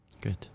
Good